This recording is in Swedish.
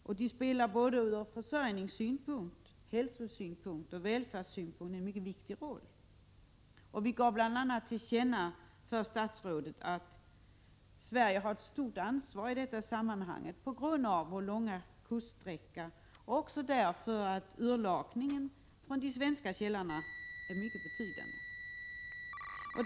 Dessa spelar från försörjningssynpunkt, från hälsosynpunkt och från välfärdssynpunkt en viktig roll.” Vi gav bl.a. till känna för statsrådet att Sverige har ett stort ansvar i detta sammanhang på grund av sin långa kuststräcka och därför att urlakningen från svenska källor är mycket betydande.